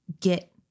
get